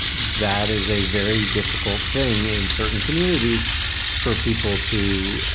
that is a very difficult thing in certain communities for people to